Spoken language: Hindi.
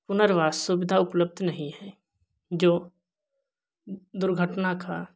पुनर्वास सुविधा उपलब्ध नहीं है जो दुर्घटना का